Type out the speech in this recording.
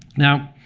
now,